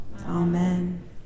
Amen